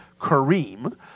Kareem